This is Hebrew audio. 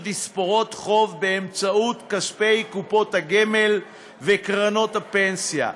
תספורות חוב באמצעות כספי קופות הגמל וקרנות הפנסיה,